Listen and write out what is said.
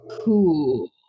cool